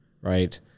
right